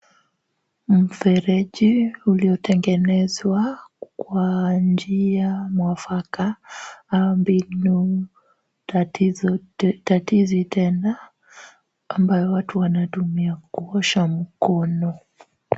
Mfereji uliotengenezwa kwa njia mwafaka abino tatizi tena ambayo watu wanatumia kuosha mkono.